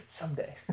Someday